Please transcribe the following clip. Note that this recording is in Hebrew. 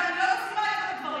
אני לא מסכימה איתך בדברים,